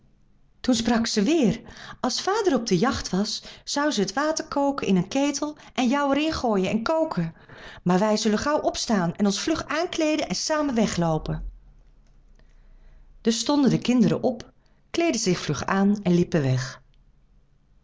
toen sprak zij weêr als vader op de jacht was zou zij het water koken in een ketel en jou er in gooien en koken maar wij zullen gauw opstaan en ons vlug aankleeden en samen wegloopen dus stonden de kinderen op kleedden zich vlug aan en liepen weg